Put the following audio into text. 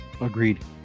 Agreed